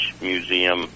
Museum